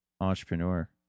entrepreneur